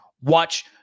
watch